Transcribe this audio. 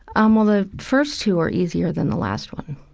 um well, the first two are easier than the last one.